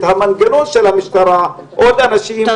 את המנגנון של המשטרה עוד אנשים,